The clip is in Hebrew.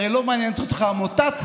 הרי לא מעניינת אותך המוטציה,